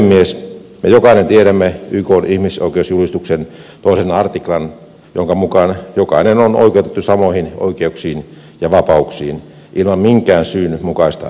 me jokainen tiedämme ykn ihmisoikeusjulistuksen toisen artiklan jonka mukaan jokainen on oikeutettu samoihin oikeuksiin ja vapauksiin ilman minkään syyn mukaista erottelua